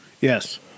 Yes